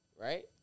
Right